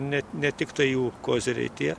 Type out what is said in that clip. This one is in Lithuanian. ne ne tiktai jų koziriai tie